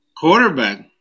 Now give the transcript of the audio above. Quarterback